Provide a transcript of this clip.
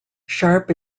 sharp